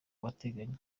batekanye